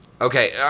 okay